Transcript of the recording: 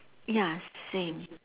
ya same